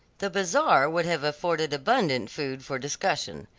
the bazaar would have afforded abundant food for discussion.